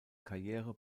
karriere